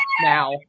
now